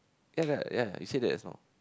ya ya ya you said that is not